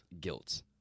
guilt